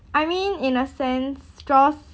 I mean in a sense straws